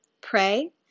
Pray